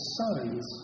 sons